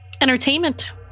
entertainment